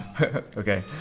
Okay